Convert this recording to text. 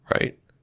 Right